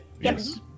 Yes